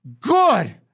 good